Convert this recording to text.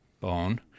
bone